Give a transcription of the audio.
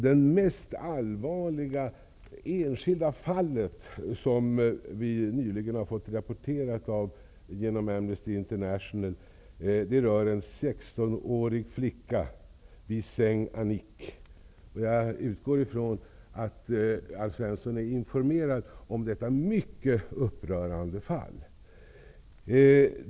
Det allvarligaste enskilda fall som vi nyligen fått rapporterat om genom Amnesty Jag utgår ifrån att Alf Svensson är informerad om detta mycket upprörande fall.